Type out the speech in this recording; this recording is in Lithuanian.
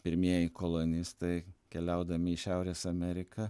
pirmieji kolonistai keliaudami į šiaurės ameriką